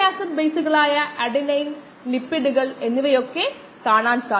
ക്ഷമിക്കണം ഇത് സെക്കൻഡിൽ 20 കിലോഗ്രാം വരുന്നു സെക്കൻഡിൽ 5 കിലോഗ്രാം പുറത്തേക്ക് പോകുന്നു